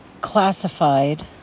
classified